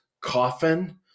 coffin